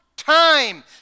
Time